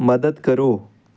ਮਦਦ ਕਰੋ